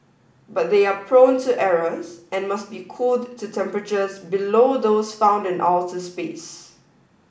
but they are prone to errors and must be cooled to temperatures below those found in outer space